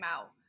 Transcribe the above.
out